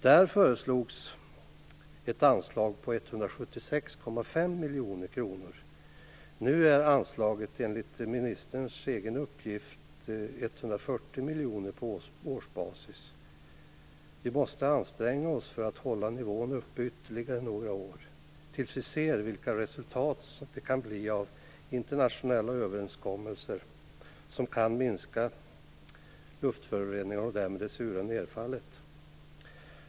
Där föreslogs ett anslag på 176,5 miljoner kronor. Nu är anslaget enligt ministern egen uppgift 140 miljoner på årsbasis. Vi måste anstränga oss för att hålla nivån uppe ytterligare några år tills vi ser vilka resultat det kan bli av internationella överenskommelser som kan minska luftföroreningar och därmed det sura nedfallet.